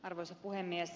arvoisa puhemies